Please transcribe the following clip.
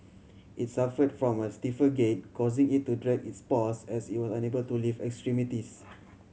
it suffered from a stiffer gait causing it to drag its paws as it was unable to lift extremities